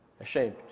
ashamed